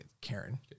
Karen